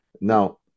Now